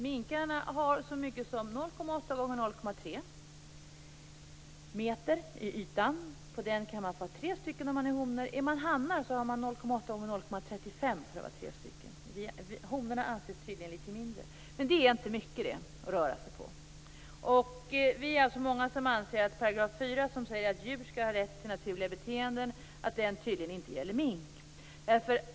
Minkarna har så mycket som 0,8x0,3 meter i yta att röra sig på. På den kan man få ha tre om det är honor. Är det handjur har man en yta på 0,8x0,35 meter för tre. Honorna anses tydligen lite mindre. Men det är inte mycket att röra sig på. Vi är alltså många som anser att 4 § djurskyddslagen, som säger att djur skall ha rätt till naturliga beteenden, tydligen inte gäller mink.